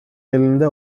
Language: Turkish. elinde